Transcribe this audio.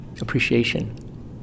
appreciation